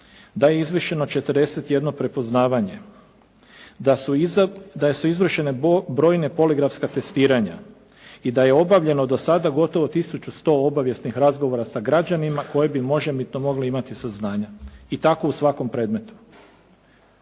Da je izvršeno 41 prepoznavanje. Da su izvršene brojna poligrafska testiranja i da je obavljeno do sada gotovo 1100 obavijesnih razgovora sa građanima koji bi možebitno mogli imati saznanja. I tako u svakom predmetu.